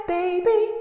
baby